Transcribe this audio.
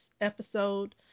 episode